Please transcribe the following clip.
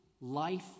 life